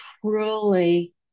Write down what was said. truly